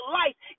life